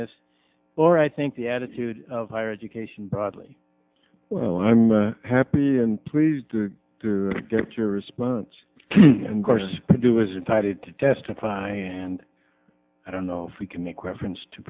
this or i think the attitude of higher education broadly well i'm happy and pleased to get your response and course to do is retarded to testify and i don't know if we can make reference to